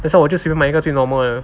that's why 我就随便买一个最 normal 的